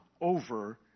over